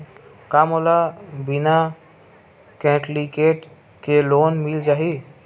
का मोला बिना कौंटलीकेट के लोन मिल जाही?